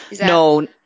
No